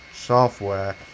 software